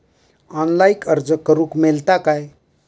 Online अर्ज करूक मेलता काय?